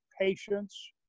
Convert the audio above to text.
patience